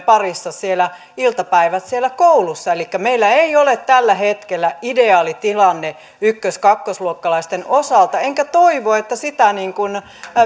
parissa iltapäivät siellä koulussa elikkä meillä ei ole tällä hetkellä ideaali tilanne ykkös ja kakkosluokkalaisten osalta enkä toivo että siihen